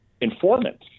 informant